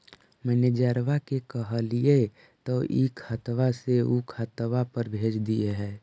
मैनेजरवा के कहलिऐ तौ ई खतवा से ऊ खातवा पर भेज देहै?